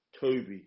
Toby